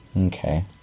Okay